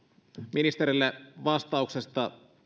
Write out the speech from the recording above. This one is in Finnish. ministerille vastauksesta